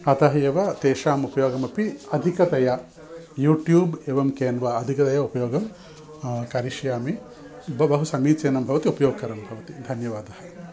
अतः एव तेषाम् उपयोगम् अपि अधिकतया यूट्यूब् एवं केन्वा अधिकतया उपयोगं करिष्यामि ब बहु समीचीनं भवति उपयोगकरं भवति धन्यवादाः